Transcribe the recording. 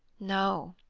no,